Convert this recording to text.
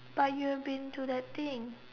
but you have been to that thing